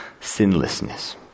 sinlessness